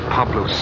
Pablo